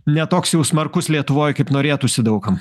ne toks jau smarkus lietuvoj kaip norėtųsi daug kam